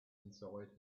inside